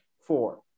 Four